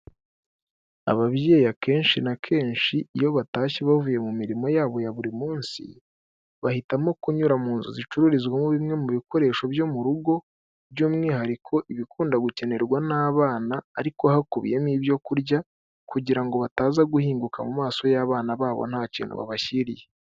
Ababyeyi akenshi na kenshi iyo batashye bavuye mu mirimo yabo ya buri munsi, bahitamo kunyura mu nzu zicururizwamo bimwe mu bikoresho byo mu rugo, by'umwihariko ibikunda gukenerwa n'abana ariko hakubiyemo ibyo kurya, kugira ngo bataza guhinguka mu maso y'abana babo nta kintu babashyiriye.